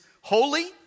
holy